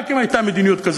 אם רק הייתה מדיניות כזאת.